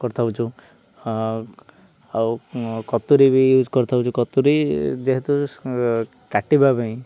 କରିଥାଉଛୁ ଆଉ ଆଉ କତୁୁରୀ ବି ୟୁଜ୍ କରିଥାଉଛୁ କତୁୁରୀ ଯେହେତୁ କାଟିବା ପାଇଁ